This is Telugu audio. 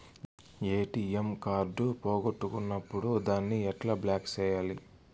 ఎ.టి.ఎం కార్డు పోగొట్టుకున్నప్పుడు దాన్ని ఎట్లా బ్లాక్ సేయాలి